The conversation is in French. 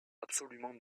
absolument